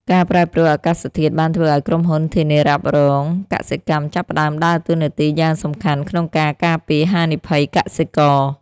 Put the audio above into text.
ការប្រែប្រួលអាកាសធាតុបានធ្វើឱ្យក្រុមហ៊ុនធានារ៉ាប់រងកសិកម្មចាប់ផ្តើមដើរតួនាទីយ៉ាងសំខាន់ក្នុងការការពារហានិភ័យកសិករ។